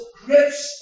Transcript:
grips